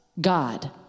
God